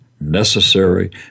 necessary